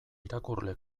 irakurle